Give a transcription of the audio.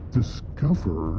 discover